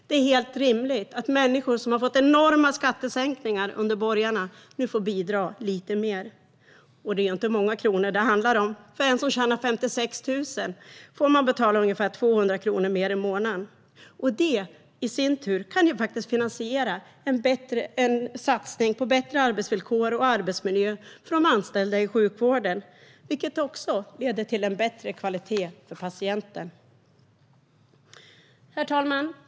Det är helt rimligt att människor som har fått enorma skattesänkningar under borgarna nu får bidra lite mer. Och det är inte många kronor det handlar om. För en som tjänar 56 000 är det ungefär 200 kronor mer i månaden, och detta kan i sin tur till exempel finansiera en satsning på bättre arbetsvillkor och arbetsmiljö för de anställda i sjukvården, vilket leder till en bättre kvalitet för patienten. Herr talman!